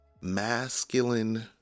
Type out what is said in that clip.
masculine